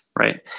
right